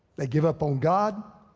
they give up on god.